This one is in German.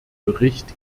bericht